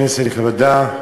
כנסת נכבדה,